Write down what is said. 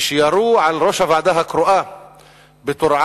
כשירו על ראש הוועדה הקרואה בטורעאן,